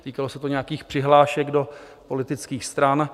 Týkalo se to nějakých přihlášek do politických stran.